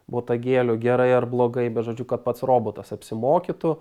botagėliu gerai ar blogai bet žodžiu kad pats robotas apsimokytų